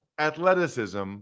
athleticism